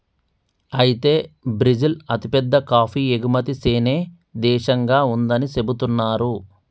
అయితే బ్రిజిల్ అతిపెద్ద కాఫీ ఎగుమతి సేనే దేశంగా ఉందని సెబుతున్నారు